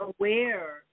aware